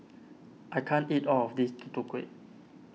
I can't eat all of this Tutu Kueh